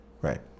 Right